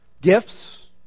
Gifts